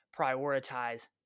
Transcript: prioritize